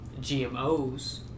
GMOs